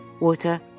Water